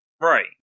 Right